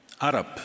Arab